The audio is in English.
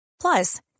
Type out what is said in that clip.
Plus